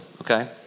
Okay